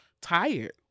tired